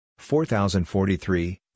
4043